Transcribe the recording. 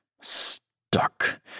Stuck